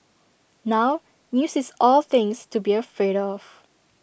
now news is all things to be afraid of